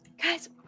Guys